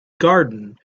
garden